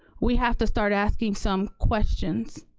we have to start asking some questions.